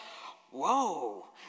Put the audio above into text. whoa